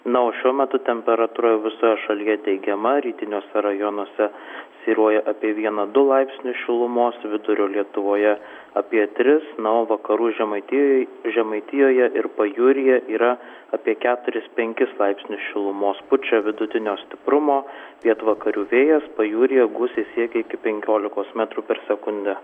na o šiuo metu temperatūra jau visoje šalyje teigiama rytiniuose rajonuose svyruoja apie vieną du laipsnius šilumos vidurio lietuvoje apie tris na o vakarų žemaitijoj žemaitijoje ir pajūryje yra apie keturis penkis laipsnius šilumos pučia vidutinio stiprumo pietvakarių vėjas pajūryje gūsiai siekia iki penkiolikos metrų per sekundę